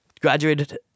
graduated